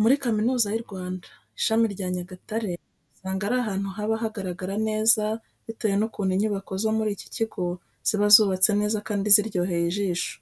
Muri Kaminuza y'u Rwanda, ishami rya Nyagatare usanga ari ahantu haba hagaragara neza bitewe n'ukuntu inyubako zo muri iki kigo ziba zubatse neza kandi ziryoheye ijisho.